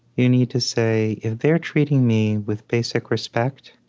you need to say, if they're treating me with basic respect,